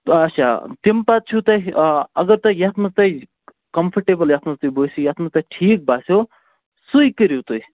تہٕ اچھا تَمہِ پَتہٕ چھُو تۄہہِ آ اَگر تۄہہِ یَتھ منٛز تۄہہِ کَمفٕٹِبٕل یَتھ منٛز تُہۍ باسی یَتھ منٛز تۄہہِ ٹھیٖک باسیو سُے کٔرِو تُہۍ